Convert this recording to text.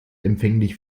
empfänglich